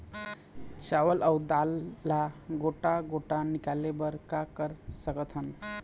चावल अऊ दाल ला गोटा गोटा निकाले बर का कर सकथन?